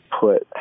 put